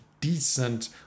decent